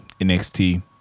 NXT